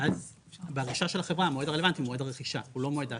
ואז בהגשה של החברה המועד הרלוונטי הוא מועד הרכישה הוא לא מועד ההשקעה,